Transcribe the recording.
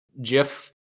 jiff